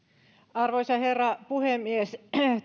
arvoisa herra puhemies